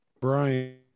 Brian